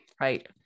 right